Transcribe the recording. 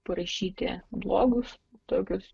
parašyti blogus tokius